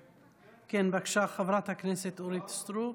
כן, בבקשה, חברת הכנסת אורית סטרוק.